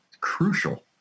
crucial